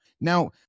Now